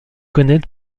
connaître